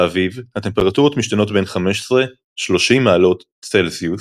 באביב הטמפרטורות משתנות בין 15–30 מעלות צלזיוס.